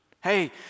Hey